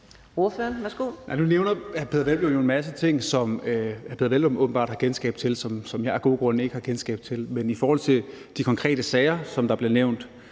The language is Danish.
Nu nævner hr. Peder Hvelplund jo en masse ting, som hr. Peder Hvelplund åbenbart har kendskab til, men som jeg af gode grunde ikke har kendskab til. Men i forhold til de konkrete sager, der blev nævnt,